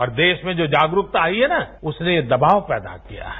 और जो देश में जो जागरूकता आई है न उसने ये दबाव पैदा किया है